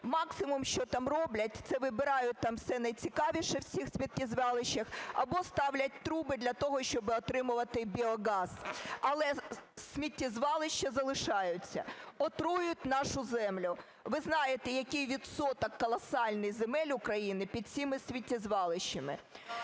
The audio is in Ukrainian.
Максимум, що там роблять, – це вибирають там все найцікавіше в цих сміттєзвалищах або ставлять труби для того, щоби отримувати біогаз. Але сміттєзвалища залишаються, отруюють нашу землю. Ви знаєте, який відсоток колосальний земель України під цими сміттєзвалищами.